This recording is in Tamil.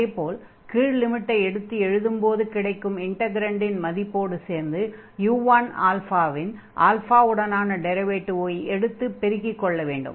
அதே போல் அடுத்து கீழ் லிமிட்டை எடுத்து எழுதும்போது கிடைக்கும் இன்டக்ரன்டின் மதிப்போடு சேர்ந்து u1 இன் ஆல்ஃபாவுடனான டிரைவேடிவை எடுத்து பெருக்கிக் கொள்ள வேண்டும்